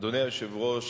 אדוני היושב-ראש,